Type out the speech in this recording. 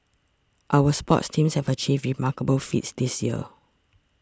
our sports teams have achieved remarkable feats this year